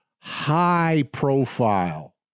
high-profile